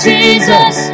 Jesus